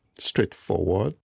Straightforward